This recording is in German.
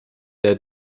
der